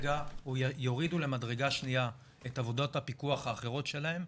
יורידו למדרגה שניה את עבודות הפיקוח האחרות שלהם,